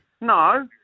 No